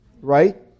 right